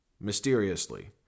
mysteriously